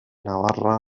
navarra